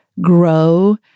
Grow